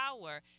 power